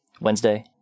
Wednesday